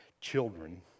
children